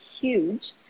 huge